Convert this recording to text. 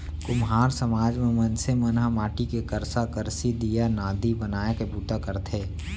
कुम्हार समाज म मनसे मन ह माटी के करसा, करसी, दीया, नांदी बनाए के बूता करथे